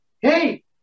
hey